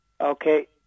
Okay